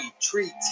Treat